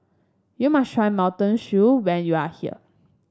you must try Mutton Stew when you are here